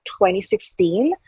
2016